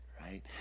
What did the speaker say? right